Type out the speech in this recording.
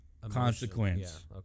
consequence